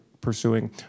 pursuing